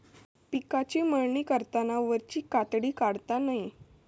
पिकाची मळणी करताना वरची कातडी काढता नये